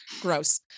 gross